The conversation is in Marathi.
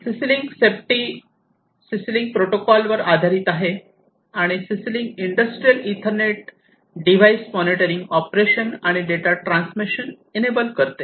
CC link safety CC link protocol वर आधारित आहे आणि CC link industrial ethernet device monitoring operation आणि डेटा ट्रान्समिशन इनेबल करते